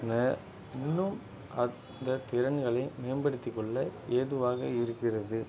நெ இன்னும் அந்த திறன்களை மேம்படுத்தி கொள்ள ஏதுவாக இருக்கிறது